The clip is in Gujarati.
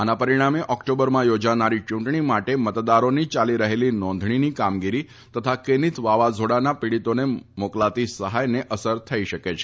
આના પરીણામે ઓક્ટોબરમાં યોજાનારી ચૂંટણી માટે મતદારોની ચાલી રહેલી નોંધણી કામગીરી તથા કેનીથ વાવાઝોડાના પીડીતોને મોકલાતી સહાયને અસર થઇ શકે છે